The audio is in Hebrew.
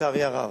לצערי הרב.